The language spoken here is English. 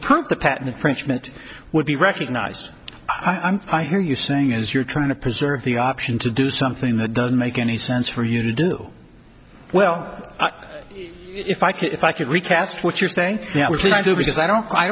permit the patent infringement would be recognized i'm i hear you saying is you're trying to preserve the option to do something that doesn't make any sense for you to do well if i could if i could recast what you're saying now which is i do because i don't